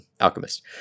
alchemist